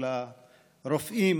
של הרופאים,